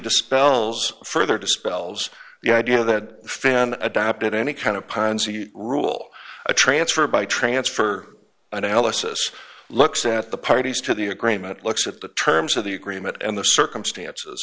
dispels further dispels the idea that fan adopted any kind of ponzi rule a transfer by transfer analysis looks at the parties to the agreement looks at the terms of the agreement and the circumstances